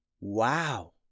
Wow